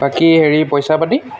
বাকী হেৰি পইচা পাতি